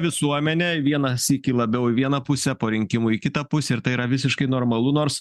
visuomenė vieną sykį labiau į vieną pusę po rinkimų į kitą pusę ir tai yra visiškai normalu nors